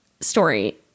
story